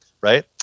right